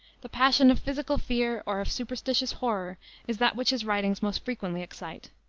the passion of physical fear or of superstitious horror is that which his writings most frequently excite.